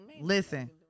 Listen